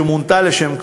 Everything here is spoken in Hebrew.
שמונתה לשם כך,